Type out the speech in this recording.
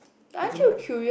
I don't like